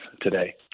today